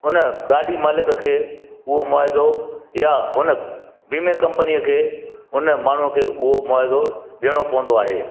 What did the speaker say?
उन गाॾी मालिक खे उहो मुआएज़ो या उन बीमे कंपनीअ खे उन माण्हुअ खे हुओ मुआविज़ो ॾियणो पवंदो आहे